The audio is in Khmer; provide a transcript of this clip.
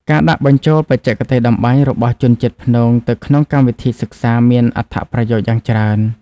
ការដាក់បញ្ចូលបច្ចេកទេសតម្បាញរបស់ជនជាតិព្នងទៅក្នុងកម្មវិធីសិក្សាមានអត្ថប្រយោជន៍យ៉ាងច្រើន។